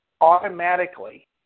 automatically